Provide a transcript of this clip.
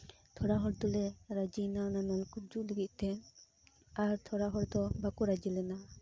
ᱛᱷᱚᱲᱟ ᱦᱚᱲ ᱫᱚᱞᱮ ᱨᱟᱹᱡᱤᱭᱮᱱᱟ ᱚᱱᱟ ᱱᱚᱞᱠᱩᱯ ᱡᱩᱫ ᱞᱟᱹᱜᱤᱫ ᱛᱮ ᱟᱨ ᱛᱷᱚᱲᱟ ᱦᱚᱲ ᱫᱚ ᱵᱟᱠᱚ ᱨᱟᱹᱡᱤ ᱞᱮᱱᱟ